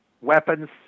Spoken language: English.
weapons